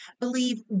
Believe